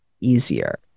easier